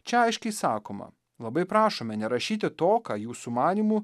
čia aiškiai sakoma labai prašome nerašyti to ką jūsų manymu